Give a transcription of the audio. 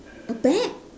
a bag